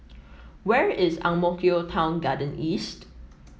where is Ang Mo Kio Town Garden East